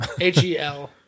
H-E-L